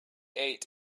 ate